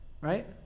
Right